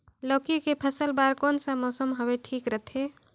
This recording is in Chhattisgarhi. लौकी के फसल बार कोन सा मौसम हवे ठीक रथे?